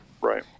Right